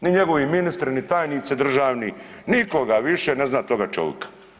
Ni njegovi ministri, ni tajnici državni, niko ga više ne zna toga čovika.